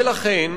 ולכן,